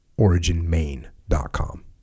originmain.com